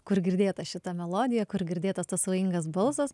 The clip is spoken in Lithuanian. kur girdėta šita melodija kur girdėtas tas svajingas balsas